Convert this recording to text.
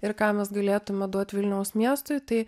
ir ką mes galėtume duoti vilniaus miestui tai